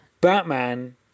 batman